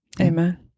amen